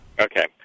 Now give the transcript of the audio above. Okay